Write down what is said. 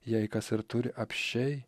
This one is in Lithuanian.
jei kas ir turi apsčiai